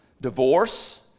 divorce